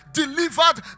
delivered